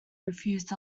refused